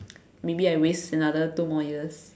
maybe I waste another two more years